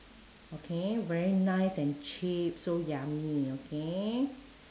okay very nice and cheap so yummy okay